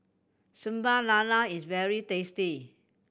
Sambal Lala is very tasty